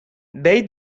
they